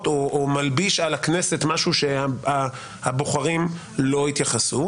או מלביש על הכנסת משהו שהבוחרים לא התייחסו אליו.